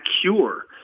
cure